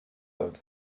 alt